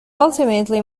ultimately